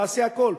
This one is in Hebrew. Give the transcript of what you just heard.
תעשה הכול.